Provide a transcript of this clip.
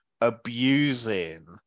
abusing